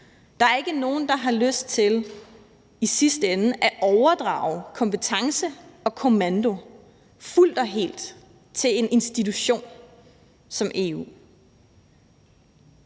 Der er ikke nogen, der har lyst til i sidste ende at overdrage kompetence og kommando fuldt og helt til en institution som EU.